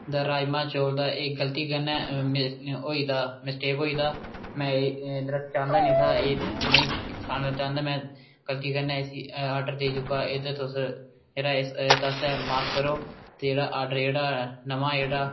राजमांह् चोल दा एह् गलती कन्नै होई दा मिस्टेक होई दा में एह् दरअसल चाहंदा निं था एह् नेईं खाना चाहंदा में गलती कन्नै इसी ऑर्डर देई चुका दा एह्दे तुस ते आस्तै माफ़ करो ते ऑर्डर जेह्ड़ा नमां जेह्ड़ा